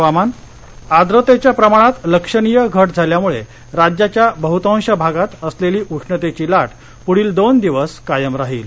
हवामान आर्द्रतेच्या प्रमाणात लक्षणीय घट झाल्यामुळे राज्याच्या बह्तांश भागात असलेली उष्णतेची लाट पुढील दोन दिवस कायम राहील